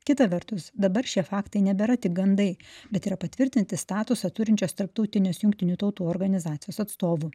kita vertus dabar šie faktai nebėra tik gandai bet yra patvirtinti statusą turinčios tarptautinės jungtinių tautų organizacijos atstovų